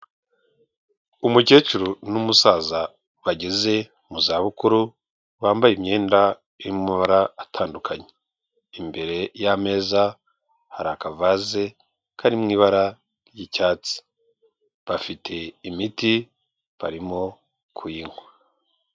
Umukecuru n'umusaza bageze mu zabukuru bambaye imyenda iri mu mabara atandukanye. Imbere y'ameza hari akavaze kari mu ibara ry'icyatsi. Bafite imiti barimo kuyinywa.